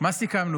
מה סיכמנו?